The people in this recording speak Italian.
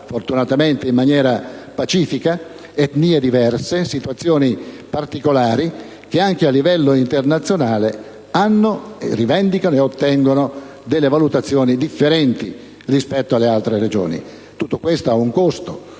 fortunatamente in maniera pacifica, etnie diverse, situazioni particolari che anche a livello internazionale hanno, e rivendicano e ottengono delle valutazioni differenti rispetto alle altre Regioni. Tutto questo ha un costo